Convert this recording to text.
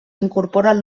incorporen